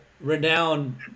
renowned